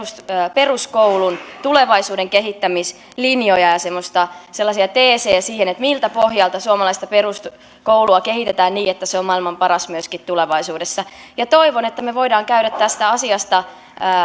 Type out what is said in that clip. peruskoulun tulevaisuuden kehittämislinjoja ja sellaisia teesejä siihen miltä pohjalta suomalaista peruskoulua kehitetään niin että se on maailman paras myöskin tulevaisuudessa ja toivon että me voimme käydä tästä asiasta